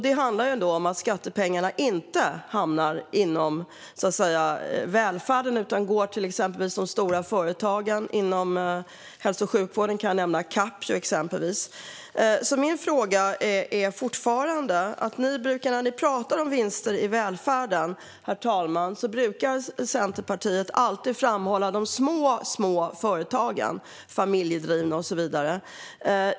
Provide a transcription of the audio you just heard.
Det handlar ändå om att skattepengarna inte hamnar i välfärden, utan de går till exempelvis de stora företagen. Inom hälso och sjukvården kan jag nämna Capio, till exempel. När Centerpartiet pratar om vinster i välfärden, herr talman, brukar de alltid framhålla de små familjedrivna företagen och så vidare.